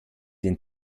den